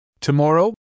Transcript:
Tomorrow